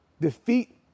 defeat